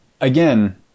again